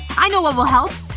i know what will help.